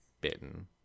bitten